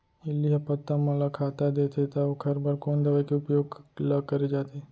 इल्ली ह पत्ता मन ला खाता देथे त ओखर बर कोन दवई के उपयोग ल करे जाथे?